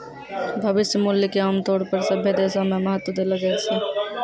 भविष्य मूल्य क आमतौर पर सभ्भे देशो म महत्व देलो जाय छै